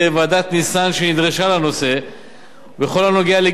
בכל הקשור לגיל פרישתן של נשים והגישה את המלצותיה